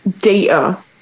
data